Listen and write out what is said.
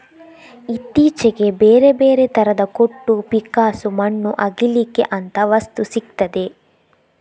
ಇತ್ತೀಚೆಗೆ ಬೇರೆ ಬೇರೆ ತರದ ಕೊಟ್ಟು, ಪಿಕ್ಕಾಸು, ಮಣ್ಣು ಅಗೀಲಿಕ್ಕೆ ಅಂತ ವಸ್ತು ಸಿಗ್ತದೆ